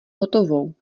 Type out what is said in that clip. hotovou